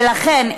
ולכן,